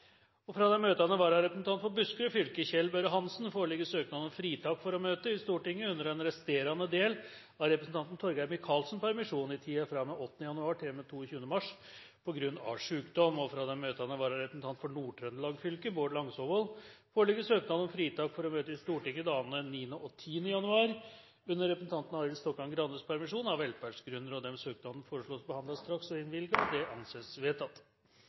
og for Nord-Trøndelag fylke Bård Langsåvold, har tatt sete. Fra den møtende vararepresentant for Buskerud fylke, Kjell Børre Hansen, foreligger søknad om fritak for å møte i Stortinget under den resterende del av representanten Torgeir Micaelsens permisjon, i tiden fra og med 8. januar til og med 22. mars, på grunn av sykdom. Fra den møtende vararepresentant for Nord-Trøndelag fylke, Bård Langsåvold, foreligger søknad om fritak for å møte i Stortinget i dagene 9. og 10. januar under representanten Arild Stokkan-Grandes permisjon, av velferdsgrunner.